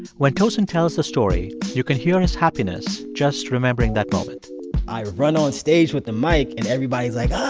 when tosin to tells the story, you can hear his happiness just remembering that moment i run on stage with the mic. and everybody's like, ahh.